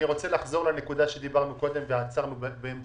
אני רוצה לחזור לנקודה שדיברנו קודם ועצרנו בה.